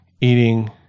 eating